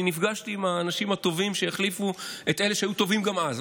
אני נפגשתי עם האנשים הטובים שהחליפו את אלה שהיו טובים גם אז.